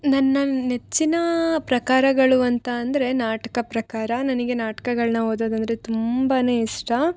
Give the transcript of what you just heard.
ನನ್ನ ನೆಚ್ಚಿನ ಪ್ರಕಾರಗಳು ಅಂತ ಅಂದರೆ ನಾಟಕ ಪ್ರಕಾರ ನನಗೆ ನಾಟ್ಕಗಳನ್ನು ಓದೋದಂದರೆ ತುಂಬಾ ಇಷ್ಟ